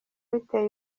biteye